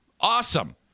awesome